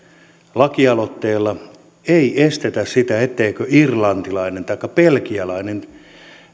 lakialoitteella ei estetä sitä etteikö irlantilainen taikka belgialainen